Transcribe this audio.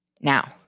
Now